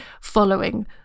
following